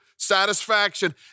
satisfaction